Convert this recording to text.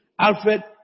Alfred